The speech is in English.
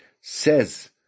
says